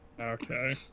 okay